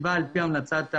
הסביבה על פי המלצת הוועדה.